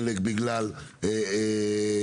חלק בגלל תרבות,